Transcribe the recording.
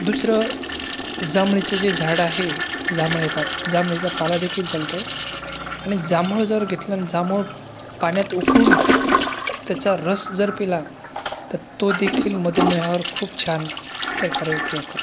दुसरं जांभळीचं जे झाड आहे जांभळं येतात जांभळीचा पाला देखील चालतो आणि जांभळ जर घेतलं न जांभूळ पाण्यात उकळून त्याचा रस जर पिला तर तो देखील मधुमेहावर खूप छान प्रकारे उपयोग करतो